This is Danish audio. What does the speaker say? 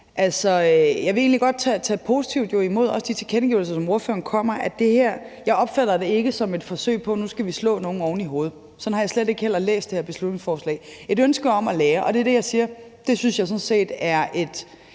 egentlig godt tage positivt imod de tilkendegivelser, som ordføreren kommer med; jeg opfatter det ikke som et forsøg på at ville slå nogen oven i hovedet. Sådan har jeg heller ikke læst det her beslutningsforslag. Det er et ønske om at lære, og det er det, jeg siger